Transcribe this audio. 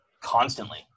constantly